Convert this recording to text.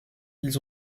ils